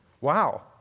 Wow